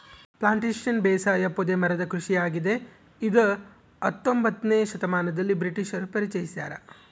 plantation ಬೇಸಾಯ ಪೊದೆ ಮರದ ಕೃಷಿಯಾಗಿದೆ ಇದ ಹತ್ತೊಂಬೊತ್ನೆ ಶತಮಾನದಲ್ಲಿ ಬ್ರಿಟಿಷರು ಪರಿಚಯಿಸ್ಯಾರ